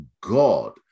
God